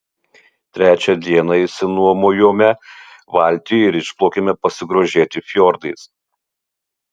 trečią dieną išsinuomojome valtį ir išplaukėme pasigrožėti fjordais